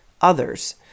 others